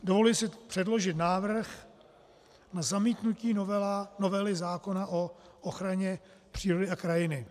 Dovoluji si předložit návrh na zamítnutí novely zákona o ochraně přírody a krajiny.